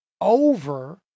over